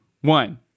one